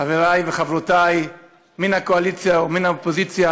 חבריי וחברותיי מן הקואליציה ומן האופוזיציה,